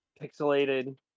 pixelated